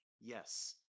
yes